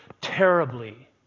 terribly